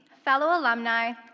fellow alumni,